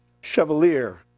Chevalier